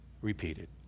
repeated